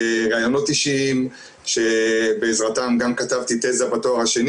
ובראיונות אישיים שבעזרתם גם כתבתי תזה בתואר השני